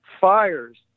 fires